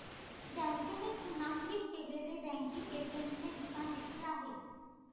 बँकेने चिन्हांकित केलेले बँकिंग एजंटचे दुकान देखील आहे